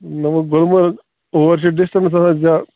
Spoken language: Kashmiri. نہَ وۅنۍ گُلمَرٕگ اور چھِ ڈِسٹَنٕس تھوڑا زیا